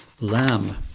Lamb